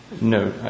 No